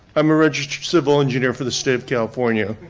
i'm a registered civil engineer for the state of california.